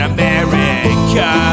America